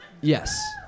Yes